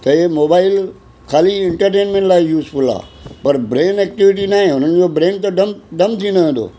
त हीउ मोबाइल ख़ाली एंटरटेनमेंट लाइ युजफुल आहे पर ब्रेन एक्टिविटी नाहे हुननि जो ब्रेन त डंप डंप थींदो वेंदो